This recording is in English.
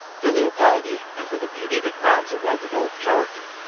filial piety and for the beauty that crowns a well developed character.